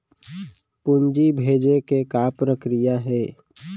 पूंजी भेजे के का प्रक्रिया हे?